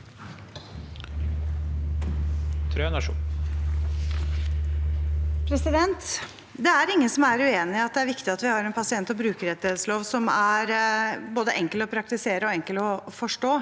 Det er in- gen som er uenig i at det er viktig at vi har en pasient- og brukerrettighetslov som er både enkel å praktisere og enkel å forstå.